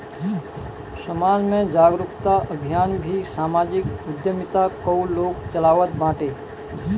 समाज में जागरूकता अभियान भी समाजिक उद्यमिता कअ लोग चलावत बाटे